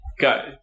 go